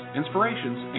inspirations